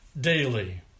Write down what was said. daily